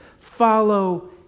Follow